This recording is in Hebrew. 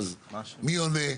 מי עונה?